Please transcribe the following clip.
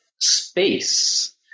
space